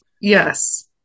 Yes